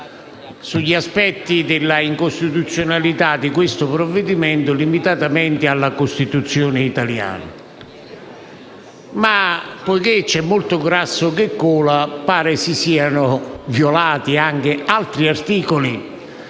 sugli aspetti dell'incostituzionalità del provvedimento in esame, limitatamente alla Costituzione italiana. Ma, poiché c'è molto grasso che cola, pare si siano violati anche articoli